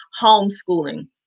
homeschooling